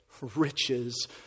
riches